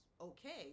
okay